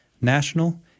national